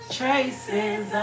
traces